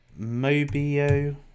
Mobio